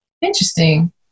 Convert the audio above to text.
interesting